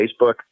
Facebook